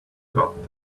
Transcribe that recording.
got